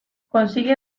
consigue